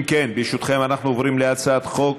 אם כן, ברשותכם, אנחנו עוברים להצעת חוק